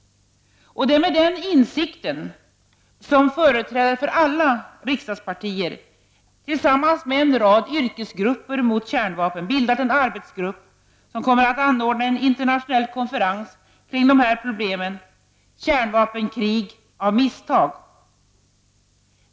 Det är med den insikten som företrädare för alla riksdagspartier tillsammans med en rad yrkesgrupper mot kärnvapen bildat en arbetsgrupp som kommer att anordna en internationell konferens kring problemet ”kärnvapenkrig av misstag”.